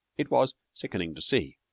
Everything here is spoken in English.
it was sickening to see,